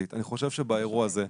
חושב שבאירוע הזה,